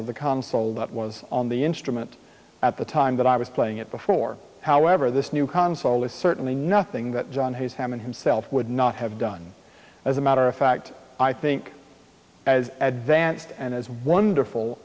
of the console that was on the instrument at the time that i was playing it before however this new console is certainly nothing that john has hammond himself would not have done as a matter of fact i think as advanced and as wonderful